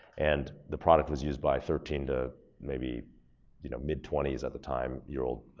and the product was used by thirteen to maybe you know mid-twenties at the time year old